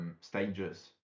Stages